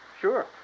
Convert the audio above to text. Sure